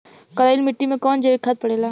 करइल मिट्टी में कवन जैविक खाद पड़ेला?